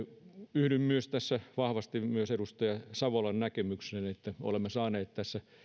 yhdyn tässä vahvasti myös edustaja savolan näkemykseen että kun olemme saaneet tässä